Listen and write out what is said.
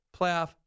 playoff